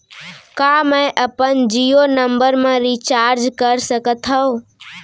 का मैं अपन जीयो नंबर म रिचार्ज कर सकथव?